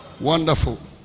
wonderful